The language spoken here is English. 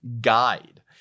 Guide